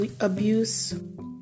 abuse